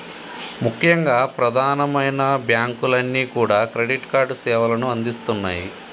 ముఖ్యంగా ప్రధానమైన బ్యాంకులన్నీ కూడా క్రెడిట్ కార్డు సేవలను అందిస్తున్నాయి